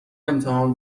امتحان